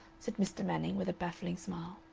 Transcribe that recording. said mr. manning, with a baffling smile.